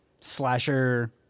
slasher